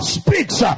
speaks